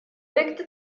wirkte